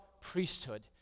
priesthood